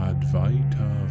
Advaita